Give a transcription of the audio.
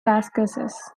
caucasus